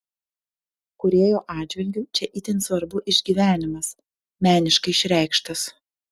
kūrėjo atžvilgiu čia itin svarbu išgyvenimas meniškai išreikštas